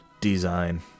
Design